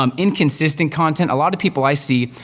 um inconsistent content. a lot of people i see,